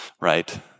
right